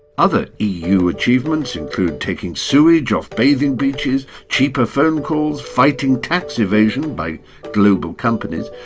other eu achievements include taking sewage off bathing beaches, cheaper phone calls, fighting tax evasion by global companies,